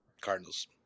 Cardinals